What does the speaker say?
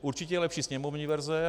Určitě je lepší sněmovní verze.